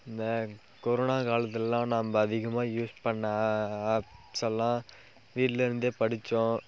இந்த கொரோனா காலத்துலேலாம் நம்ம அதிகமாக யூஸ் பண்ண ஆப்ஸெல்லான் வீட்டில் இருந்தே படித்தோம்